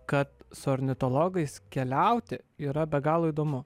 kad su ornitologais keliauti yra be galo įdomu